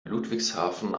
ludwigshafen